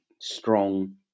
strong